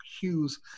Hughes